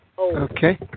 Okay